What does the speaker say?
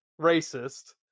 racist